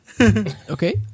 Okay